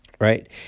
Right